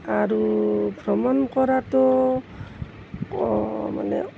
আৰু ভ্ৰমণ কৰাতো মানে